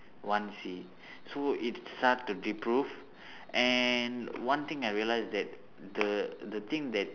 one C so it start to and one thing I realised that the the thing that